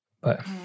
but-